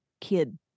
kid